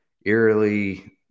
eerily